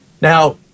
Now